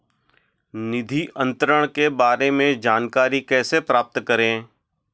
निधि अंतरण के बारे में जानकारी कैसे प्राप्त करें?